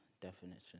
definition